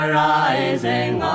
rising